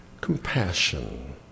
compassion